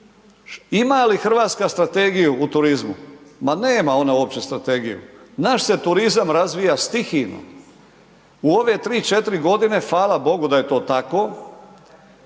ima li Hrvatska strategiju u turizmu, ma nema ona uopće strategiju, naš se turizam razvija stihijno u ove 3, 4 godine, hvala bogu da je to tako,